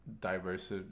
Diverse